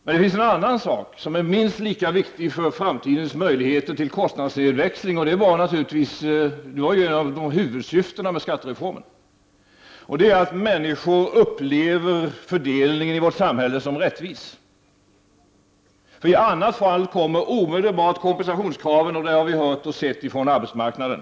En annan sak som är minst lika viktig för framtidens möjligheter till kostnadsnedväxling, som ju var ett av huvudsyftena med skattereformen, är att människor upplever fördelningen i vårt samhälle som rättvis. I annat fall kommer omedelbart kompensationskraven, det har vi hört och sett från arbetsmarknaden.